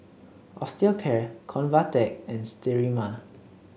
Osteocare Convatec and Sterimar